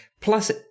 Plus